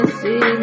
see